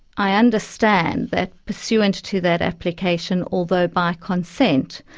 i understand that, pursuant to that application, although by consent,